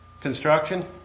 Construction